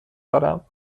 دارم